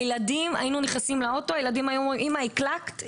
הילדים היו נכנסים לאוטו: אמא, הקלת?